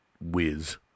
whiz